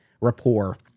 rapport